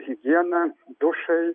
higiena dušai